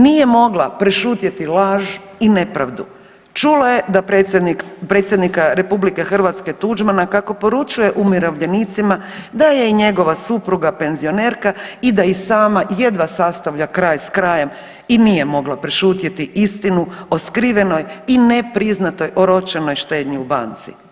Nije mogla prešutjeti laž i nepravdu, čula je da predsjednika RH Tuđmana kako poručuje umirovljenicima da je i njegova supruga penzionerka i da i sama jedva sastavlja kraj s krajem i nije mogla prešutjeti istinu o skrivenoj i ne priznatoj oročenoj štednji u banci.